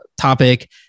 topic